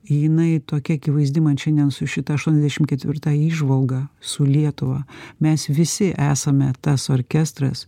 jinai tokia akivaizdi man šiandien su šita aštuoniasdešimt ketvirta įžvalga su lietuva mes visi esame tas orkestras